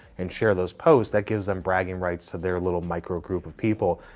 and share those posts, that gives them bragging rights to their little micro group of people.